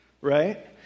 right